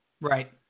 right